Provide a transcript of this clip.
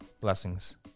blessings